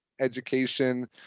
education